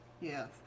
Yes